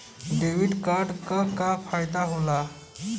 Debit card क का फायदा हो ला?